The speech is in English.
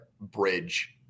bridge